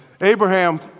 Abraham